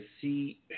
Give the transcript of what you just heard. see